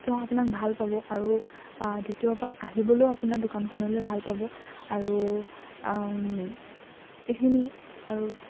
তেওঁ আপোনাক ভাল পাব আৰু দ্বিতীয়বাৰ আহিবলেও আপোনাৰ দোকানখনলৈ ভাল পাব আৰু এইখিনি আৰু